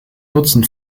nutzen